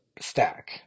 stack